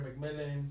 McMillan